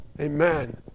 amen